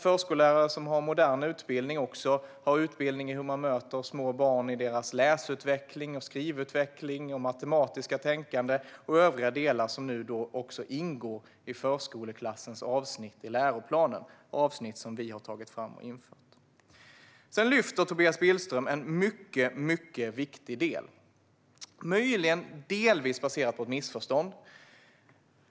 Förskollärare som har modern utbildning har också utbildning i hur man möter små barn i deras läsutveckling, skrivutveckling, matematiska tänkande och i övriga delar som nu också ingår i förskoleklassens avsnitt i läroplanen, avsnitt som vi har tagit fram och infört. Sedan lyfter Tobias Billström en mycket viktig del, möjligen delvis baserat på ett missförstånd.